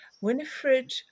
Winifred